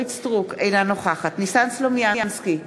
אינה נוכחת ניסן סלומינסקי,